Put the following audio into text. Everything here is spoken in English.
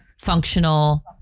functional